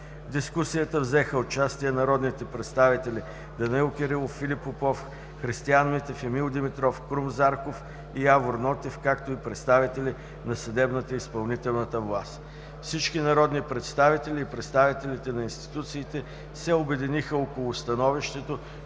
дискусията взеха участие народните представители Данаил Кирилов, Филип Попов, Христиан Митев, Емил Димитров, Крум Зарков и Явор Нотев, както и представителите на съдебната и изпълнителната власт. Всички народни представители и представителите на институциите се обединиха около становището,